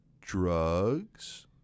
drugs